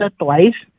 twice